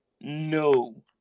No